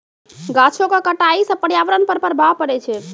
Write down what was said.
गाछो क कटाई सँ पर्यावरण पर प्रभाव पड़ै छै